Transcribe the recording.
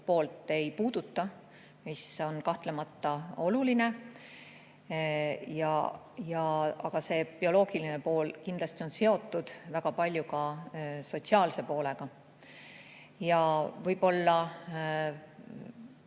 poolt ei puuduta, kuigi see on kahtlemata oluline. Aga see bioloogiline pool kindlasti on seotud väga palju ka sotsiaalse poolega. Võib-olla